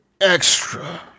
Extra